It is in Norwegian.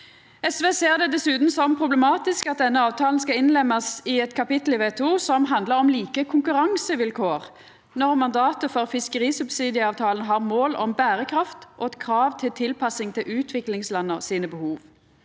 SV ser det dessutan som problematisk at denne avtalen skal innlemmast i eit kapittel i WTO som handlar om like konkurransevilkår, når mandatet for fiskerisubsidieavtalen har mål om berekraft og eit krav til tilpassing til utviklingslanda sine behov,